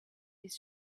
his